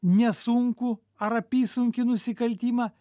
nesunkų ar apysunkį nusikaltimą